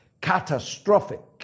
catastrophic